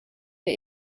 der